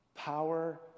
power